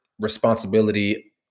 responsibility